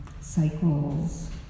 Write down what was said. cycles